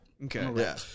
Okay